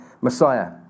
Messiah